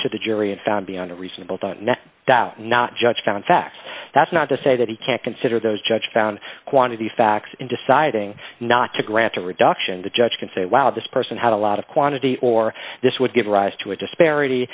to the jury and found beyond a reasonable doubt no doubt not judged on facts that's not to say that he can't consider those judge found quantity facts in deciding not to grant a reduction the judge can say wow this person had a lot of quantity or this would give rise to a disparity